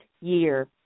year